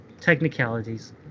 Technicalities